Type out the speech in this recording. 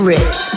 Rich